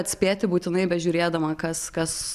atspėti būtinai bežiūrėdama kas kas